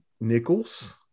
Nichols